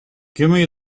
gimme